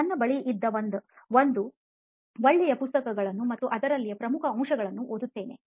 ನನ್ನ ಬಳಿ ಇದ್ದ ನನ್ನ ಬಳಿ ಒಳ್ಳೆಯ ಪುಸ್ತಕಗಳನ್ನು ಮತ್ತು ಅದರಲ್ಲಿಯ ಪ್ರಮುಖ ಅಂಶಗಳನ್ನು ಓದುತ್ತೇನೆ